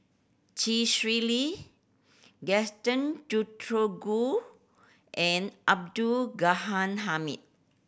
Chee Swee Lee Gaston Dutronquoy and Abdul Ghani Hamid